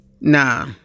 Nah